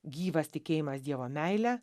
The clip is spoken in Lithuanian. gyvas tikėjimas dievo meile